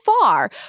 far